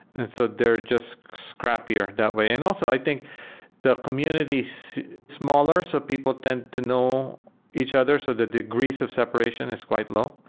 and so they're just scrappier that way. and also, i think the community is so smaller, so people tend to know each other. so the degrees of separation is quite low,